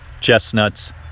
chestnuts